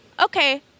okay